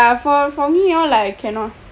ya for for me you know like cannot